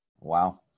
Wow